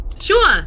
Sure